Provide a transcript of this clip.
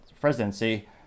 presidency